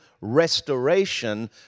restoration